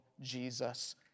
Jesus